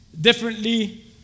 differently